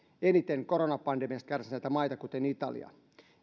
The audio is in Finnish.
eniten koronapandemiasta kärsineitä maita kuten italia